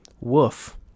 Woof